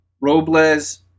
Robles